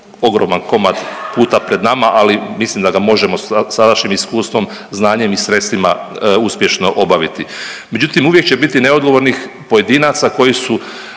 ogroman komad puta pred nama, ali mislim da ga možemo sadašnjim iskustvom, znanjem i sredstvima uspješno obaviti. Međutim, uvijek će biti neodgovornih pojedinaca koji su